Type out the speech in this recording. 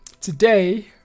today